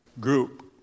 group